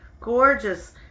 gorgeous